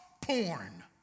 porn